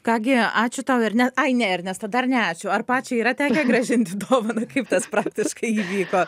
ką gi ačiū tau erne ai ne ernesta dar ne ačiū ar pačiai yra tekę grąžinti dovaną kaip tas praktiškai įvyko